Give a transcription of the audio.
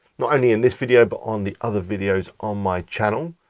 not only in this video but on the other videos on my channel.